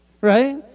right